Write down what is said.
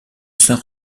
saint